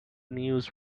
news